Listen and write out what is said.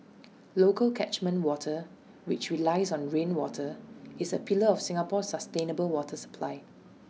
local catchment water which relies on rainwater is A pillar of Singapore's sustainable water supply